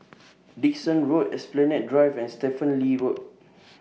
Dickson Road Esplanade Drive and Stephen Lee Road